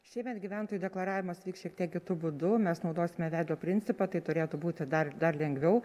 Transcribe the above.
šiemet gyventojų deklaravimas vyks šiek tiek kitu būdu mes naudosime veido principą tai turėtų būti dar dar lengviau